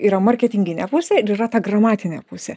yra marketinginė pusė ir yra ta gramatinė pusė